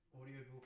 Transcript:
Audiobook